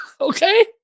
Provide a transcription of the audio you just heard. Okay